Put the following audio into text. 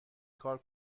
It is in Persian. کار